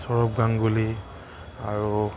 সৌৰভ গাংগুলী আৰু